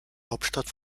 hauptstadt